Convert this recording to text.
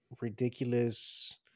ridiculous